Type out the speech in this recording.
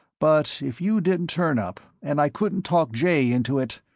but if you didn't turn up, and i couldn't talk jay into it,